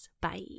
bye